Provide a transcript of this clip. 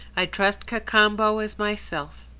i trust cacambo as myself.